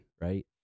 right